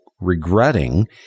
regretting